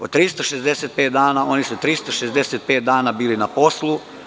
Od 365 dana oni su 365 dana bili na poslu.